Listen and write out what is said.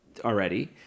already